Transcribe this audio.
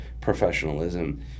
professionalism